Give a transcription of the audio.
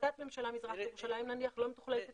החלטת הממשלה מזרח ירושלים נניח לא מתוכללת אצלנו,